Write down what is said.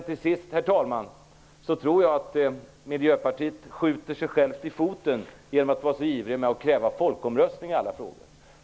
Till sist, herr talman, vill jag säga att jag tror att Miljöpartiet skjuter sig självt i foten genom att så ivrigt kräva folkomröstning i alla frågor.